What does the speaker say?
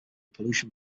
pollution